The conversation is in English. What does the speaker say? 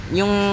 yung